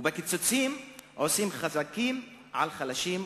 ובקיצוצים עושים "חזקים על חלשים",